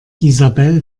isabel